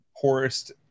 poorest